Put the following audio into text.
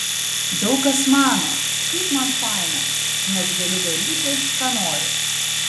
daug kas mano kaip man faina nes galiu daryti ką noriu